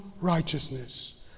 righteousness